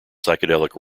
psychedelic